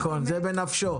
נכון, זה בנפשו.